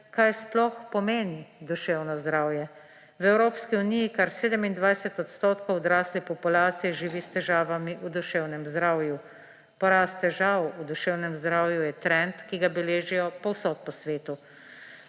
kaj sploh pomeni duševno zdravje. V Evropski uniji kar 27 odstotkov odrasle populacije živi s težavami v duševnem zdravju. Porast težav v duševnem zdravju je trend, ki ga beležijo povsod po svetu.